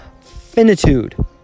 finitude